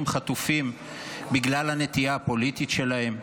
חטופים בגלל הנטייה הפוליטית שלהם,